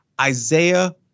Isaiah